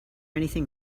anything